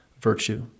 virtue